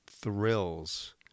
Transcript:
thrills